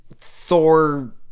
Thor